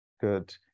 Good